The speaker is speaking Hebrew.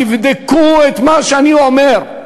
תבדקו את מה שאני אומר.